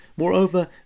Moreover